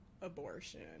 abortion